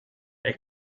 they